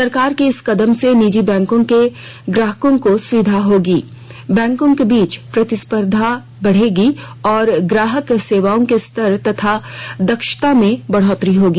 सरकार के इस कदम से निजी बैंको के ग्राहकों को सुविधा होगी बैंकों के बीच प्रतिस्पर्धा बढ़ेगी और ग्राहक सेवाओं के स्तर तथा दक्षता में बढोत्तरी होगी